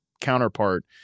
counterpart